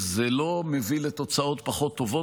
זה לא מביא לתוצאות פחות טובות.